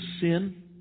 sin